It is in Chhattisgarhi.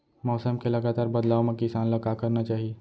मौसम के लगातार बदलाव मा किसान ला का करना चाही?